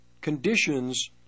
conditions